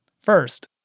First